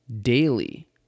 daily